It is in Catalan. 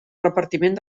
repartiment